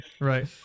right